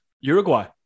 Uruguay